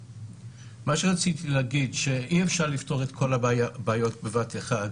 אי-אפשר לפתור את כל הבעיות בבת אחת,